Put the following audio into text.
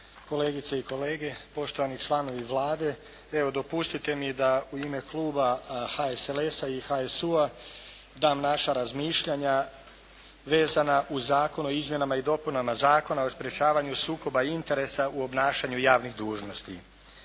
kolegice i kolege, poštovani članovi Vlade. Evo, dopustite mi da u ime kluba HSLS-a i HSU-a dam naša razmišljanja vezana uz Zakon o izmjenama i dopunama Zakona o sprečavanju sukoba interesa u obnašanju javnih dužnosti.